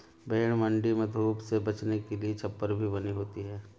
भेंड़ मण्डी में धूप से बचने के लिए छप्पर भी बनी होती है